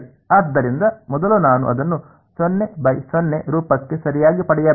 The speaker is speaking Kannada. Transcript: ಆದ್ದರಿಂದ ಮೊದಲು ನಾನು ಅದನ್ನು 0 ಬೈ 0 ರೂಪಕ್ಕೆ ಸರಿಯಾಗಿ ಪಡೆಯಬೇಕು